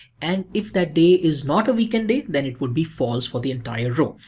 and if that day is not a weekend day, then it would be false for the entire row.